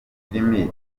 filime